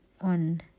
on